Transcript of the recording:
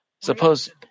Suppose